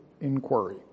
inquiry